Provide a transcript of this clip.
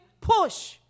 push